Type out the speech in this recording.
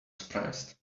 surprised